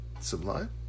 Sublime